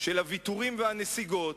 של הוויתורים והנסיגות,